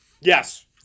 Yes